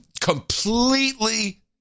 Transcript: completely